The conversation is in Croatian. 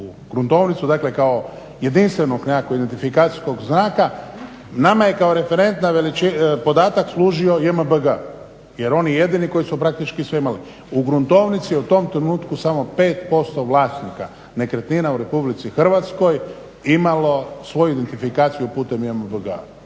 u gruntovnicu dakle kao jedinstvenog nekakvog identifikacijskog znaka nama je kao referentni podatak služio JMBG jer on je jedini koji su praktički svi imali. U gruntovnici u tom trenutku samo 5% vlasnika nekretnina u Republici Hrvatskoj je imalo svoju identifikaciju putem JMBG-a.